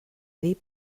dir